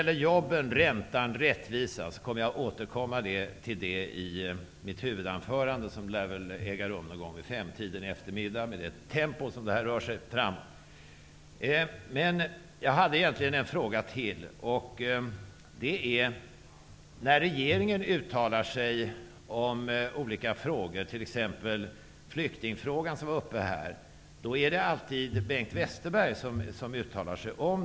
Jobben, räntan och rättvisan återkommer jag till i mitt huvudanförande som väl lära äga rum någon vid femtiden i eftermiddag med det tempo som denna debatt har. Jag hade egentligen ytterligare en fråga som jag vill ställa. När regeringen uttalar sig om olika frågor, t.ex. om flyktingfrågan som togs upp här, är det alltid Bengt Westerberg som uttalar sig.